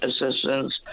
assistance